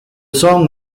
song